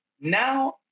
Now